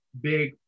big